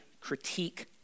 critique